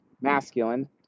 masculine